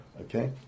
Okay